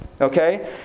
okay